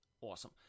awesome